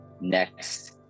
next